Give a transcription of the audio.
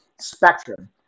spectrum